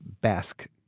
Basque